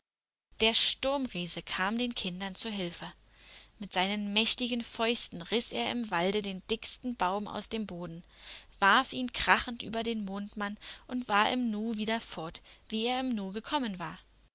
der sturmriese kam den kindern zur hilfe mit seinen mächtigen fäusten riß er im walde den dicksten baum aus dem boden warf ihn krachend über den mondmann und war im nu wieder fort wie er im nu gekommen war